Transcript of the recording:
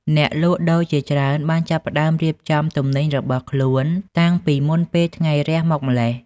អ្នកលក់ដូរជាច្រើនបានចាប់ផ្តើមរៀបចំទំនិញរបស់ខ្លួនតាំងពីមុនពេលថ្ងៃរះមកម្ល៉េះ។